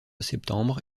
septembre